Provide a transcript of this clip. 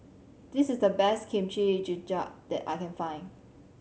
this is the best Kimchi Jjigae that I can find